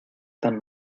tan